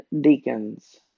deacons